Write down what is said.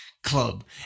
Club